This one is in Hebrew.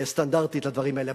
סטנדרטית על הדברים האלה.